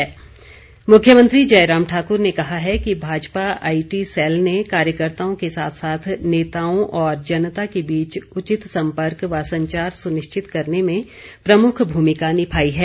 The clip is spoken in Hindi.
भाजपा मुख्यमंत्री जयराम ठाकुर ने कहा है कि भाजपा आईटी सैल ने कार्यकर्ताओं के साथ साथ नेताओं और जनता के बीच उचित संपर्क व संचार सुनिश्चित करने में प्रमुख भूमिका निभाई है